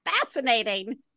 fascinating